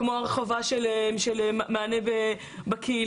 כמו הרחבה של מענה בקהילה,